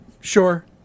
Sure